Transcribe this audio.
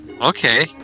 okay